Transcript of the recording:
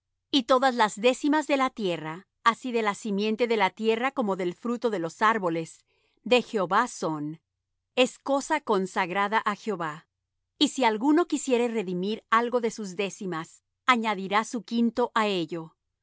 y todas las décimas de la tierra así de la simiente de la tierra como del fruto de los árboles de jehová son es cosa consagrada á jehová y si alguno quisiere redimir algo de sus décimas añadirá su quinto á ello